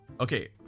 Okay